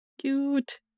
Cute